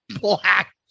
black